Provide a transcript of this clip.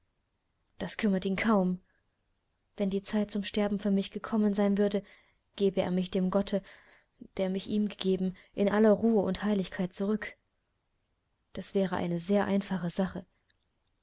das kümmert ihn kaum wenn die zeit zum sterben für mich gekommen sein würde gäbe er mich dem gotte der mich ihm gegeben in aller ruhe und heiligkeit zurück das wäre eine sehr einfache sache